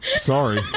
Sorry